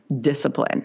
discipline